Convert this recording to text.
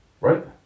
right